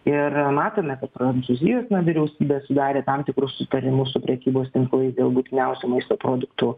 ir matome kad prancūzijos na vyriausybė sudarė tam tikrus susitarimus su prekybos tinklais dėl būtiniausių maisto produktų